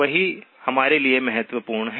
वही हमारे लिए महत्वपूर्ण है